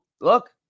look